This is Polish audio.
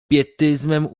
pietyzmem